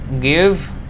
give